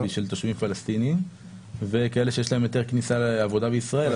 של תושבים פלשתינים וכאלה שיש להם היתר עבודה בישראל.